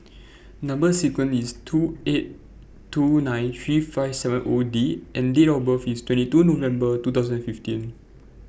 Number sequence IS two eight two nine three five seven O D and Date of birth IS twenty two November two thousand and fifteen